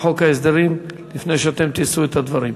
חוק ההסדרים לפני שאתם תישאו את הדברים.